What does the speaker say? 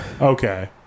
okay